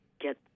get